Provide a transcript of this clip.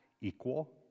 equal